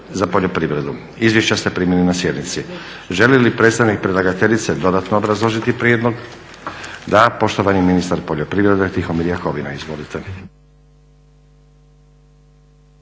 za poljoprivredu. Izvješća ste primili na sjednici. Želi li predstavnik predlagateljice dodatno obrazložiti prijedlog? Da. Poštovani ministar poljoprivrede Tihomir Jakovina. Izvolite.